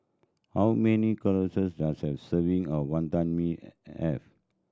how many does a serving of Wantan Mee have